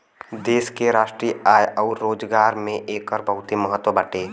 देश के राष्ट्रीय आय अउर रोजगार में एकर बहुते महत्व बाटे